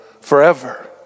forever